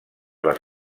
les